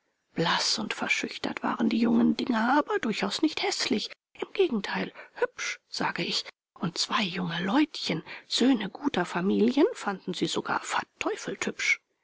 blaß und verschüchtert waren die jungen dinger aber durchaus nicht häßlich im gegenteil hübsch sage ich und zwei junge leutchen söhne guter familien fanden sie sogar verteufelt hübsch